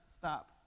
stop